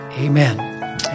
Amen